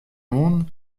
monde